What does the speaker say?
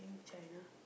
China